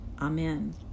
Amen